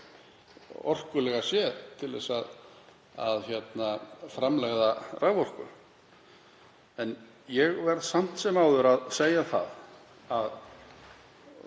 orkulega séð til þess að framleiða raforku. En ég verð samt sem áður að segja það að